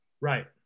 right